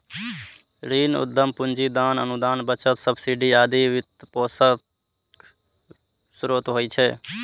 ऋण, उद्यम पूंजी, दान, अनुदान, बचत, सब्सिडी आदि वित्तपोषणक स्रोत होइ छै